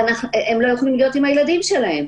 הם לא יכולים להיות עם הילדים שלהם,